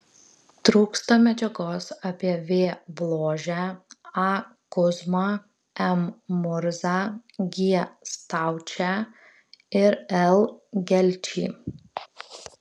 trūksta medžiagos apie v bložę a kuzmą m murzą g staučę ir l gelčį